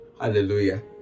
Hallelujah